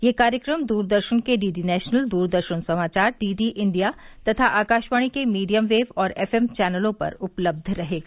यह कार्यक्रम दूरदर्शन के डीडी नेशनल दूरदर्शन समाचार डीडी इंडिया तथा आकाशवाणी के मीडियम वेव और एफएम चैनलों पर उपलब्ध रहेगा